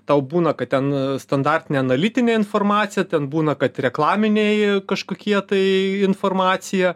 tau būna kad ten standartinė analitinė informacija ten būna kad reklaminiai kažkokie tai informacija